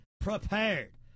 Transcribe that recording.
prepared